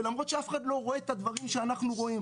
ולמרות שאף אחד לא רואה את הדברים שאנחנו רואים,